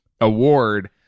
award